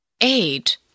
Eight